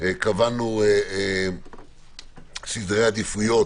קבענו סדרי עדיפויות